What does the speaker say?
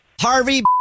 Harvey